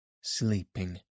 sleeping